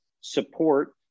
support